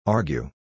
Argue